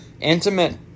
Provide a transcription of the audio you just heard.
intimate